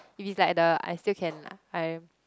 if it's like the I still can lah I am